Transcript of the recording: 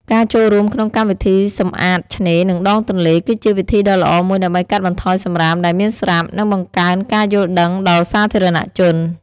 ការចូលរួមក្នុងកម្មវិធីសម្អាតឆ្នេរ និងដងទន្លេ គឺជាវិធីដ៏ល្អមួយដើម្បីកាត់បន្ថយសំរាមដែលមានស្រាប់ និងបង្កើនការយល់ដឹងដល់សាធារណជន។